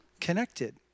connected